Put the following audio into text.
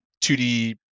2d